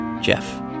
Jeff